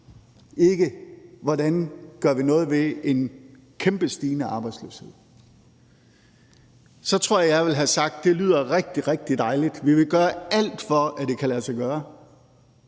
ikke hvordan vi gør noget ved en kraftigt stigende arbejdsløshed, så tror jeg, jeg ville have sagt: Det lyder rigtig, rigtig dejligt; vi vil gøre alt for, at det kan lade sig gøre,